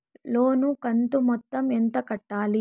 లోను కంతు మొత్తం ఎంత కట్టాలి?